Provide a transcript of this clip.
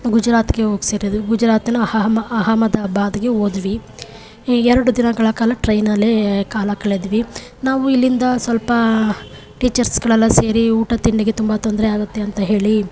ಗುಜರಾತ್ಗೆ ಹೋಗಿ ಸೇರಿದ್ವಿ ಗುಜರಾತಿನ ಅಹಮ ಅಹಮದಾಬಾದ್ಗೆ ಹೋದ್ವಿ ಈ ಎರಡು ದಿನಗಳ ಕಾಲ ಟ್ರೈನಲ್ಲೇ ಕಾಲ ಕಳೆದ್ವಿ ನಾವು ಇಲ್ಲಿಂದ ಸ್ವಲ್ಪ ಟೀಚರ್ಸ್ಗಳೆಲ್ಲ ಸೇರಿ ಊಟ ತಿಂಡಿಗೆ ತುಂಬ ತೊಂದರೆ ಆಗುತ್ತೆ ಅಂತ ಹೇಳಿ